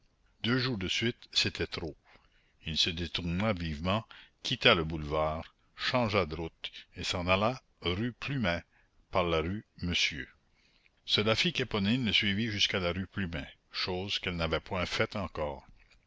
deux jours de suite c'était trop il se détourna vivement quitta le boulevard changea de route et s'en alla rue plumet par la rue monsieur cela fit qu'éponine le suivit jusqu'à la rue plumet chose qu'elle n'avait point faite encore